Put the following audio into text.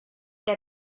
der